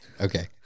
Okay